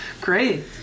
great